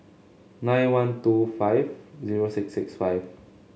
nine one two five zero six six five